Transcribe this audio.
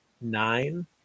nine